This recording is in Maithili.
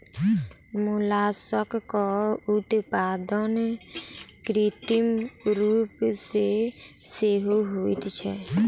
मोलास्कक उत्पादन कृत्रिम रूप सॅ सेहो होइत छै